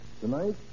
Tonight